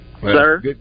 sir